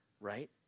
right